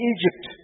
Egypt